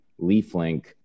LeafLink